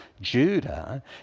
Judah